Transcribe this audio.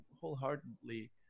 wholeheartedly